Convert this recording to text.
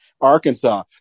Arkansas